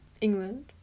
England